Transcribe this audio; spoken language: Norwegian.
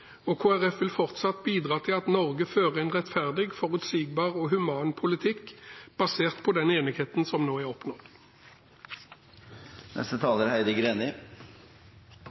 Kristelig Folkeparti vil fortsatt bidra til at Norge fører en rettferdig, forutsigbar og human politikk basert på den enigheten som nå er oppnådd.